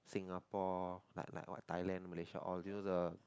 Singapore like like what Thailand Malaysia all because the